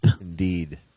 Indeed